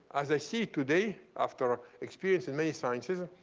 as i see today after experience in many sciences,